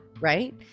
right